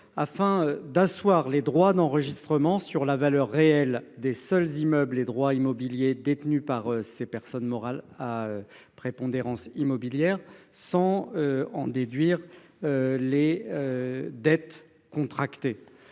objet d’asseoir les droits d’enregistrement sur la valeur réelle des seuls immeubles et droits immobiliers détenus par lesdites personnes morales, sans en déduire les dettes contractées.